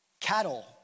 cattle